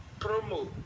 Promo